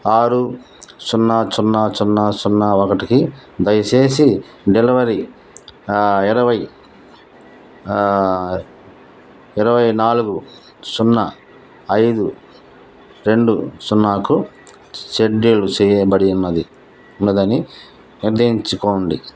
ఆరు సున్నా సున్నా సున్నా సున్నా ఒకటికి దయచేసి డెలివరీ ఇరవై ఇరవై నాలుగు సున్నా ఐదు రెండు సున్నాకు షెడ్యూల్ చేయబడిందని నిర్ధారించుకోండి